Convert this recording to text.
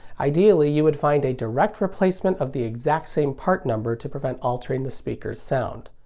ideally you would find a direct replacement of the exact same part number to prevent altering the speaker's sound.